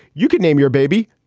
you could name your baby,